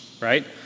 right